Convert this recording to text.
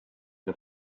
the